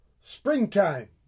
Springtime